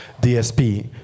DSP